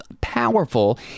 powerful